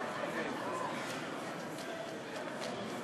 השר חיים כץ ישב, אדוני.